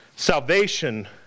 Salvation